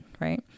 right